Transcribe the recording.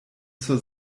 zur